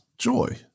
Joy